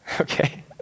Okay